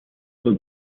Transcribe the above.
for